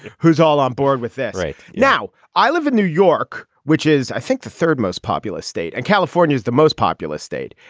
who's all on board with this right now? i live in new york, which is, i think the third most populous state. and california is the most populous state.